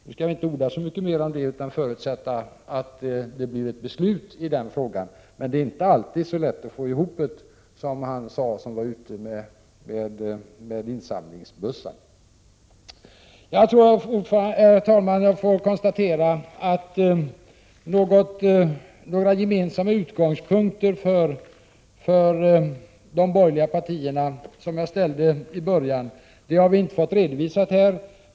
Nu skall jag inte orda så mycket mer om det utan förutsätta att det blir ett beslut i frågan. Men det är inte så lätt att få ihop'et, som han sade som var ute med insamlingsbössan. Jag konstaterar, herr talman, att några gemensamma utgångspunkter för de borgerliga partierna som jag frågade efter i början har vi inte fått redovisade här.